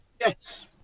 Yes